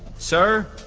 sir,